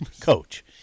coach